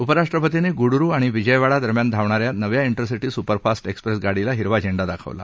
उप राष्ट्रपतींनी गुड्रु आणि विजयवाडा दरम्यान धावणाऱ्या नव्या ठेरसिटी सुपरफास्ट एक्सप्रेस गाडीला हिरवा झेंडा दाखवला